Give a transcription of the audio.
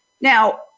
Now